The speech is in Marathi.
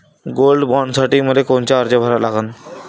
गोल्ड बॉण्डसाठी मले कोनचा अर्ज भरा लागन?